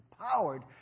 empowered